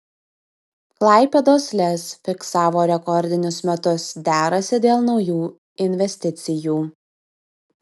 klaipėdos lez fiksavo rekordinius metus derasi dėl naujų investicijų